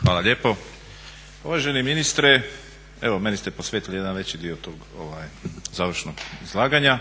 Hvala lijepo. Uvaženi ministre evo meni ste posvetili jedan veći dio tog završnog izlaganja.